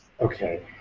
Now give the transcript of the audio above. okay